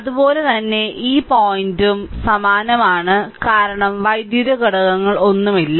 അതുപോലെ തന്നെ ഈ പോയിന്റും ഈ പോയിന്റും സമാനമാണ് കാരണം വൈദ്യുത ഘടകങ്ങളൊന്നുമില്ല